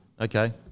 okay